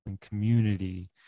community